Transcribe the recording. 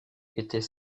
était